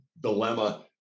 dilemma